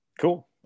Cool